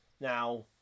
Now